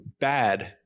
bad